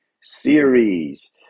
Series